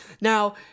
Now